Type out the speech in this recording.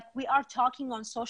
אבל אנחנו לא מגיעים לאמריקאים.